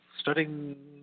studying